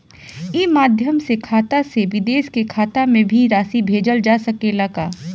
ई माध्यम से खाता से विदेश के खाता में भी राशि भेजल जा सकेला का?